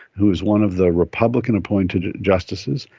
who is one of the republican appointed justices,